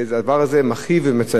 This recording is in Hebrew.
וגם ממונם של לקוחות,